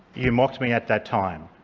you mocked me at that time.